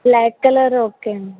black colour okay అండి